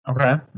Okay